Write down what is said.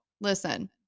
listen